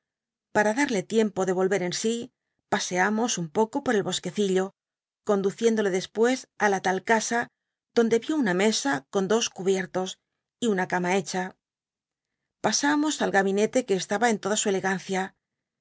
para darle tiempo de volver en sí ps nos un pco ppr el bosquecillo conduciéndole después á la tal cas donde vio una mesa con doicpútos y una cama hecha poisamos al gabinete que estaba en toda su elegancia